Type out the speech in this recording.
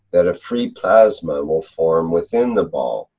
that a free plasma will form within the ball.